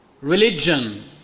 religion